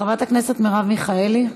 חברת הכנסת מרב מיכאלי,